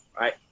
right